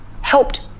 helped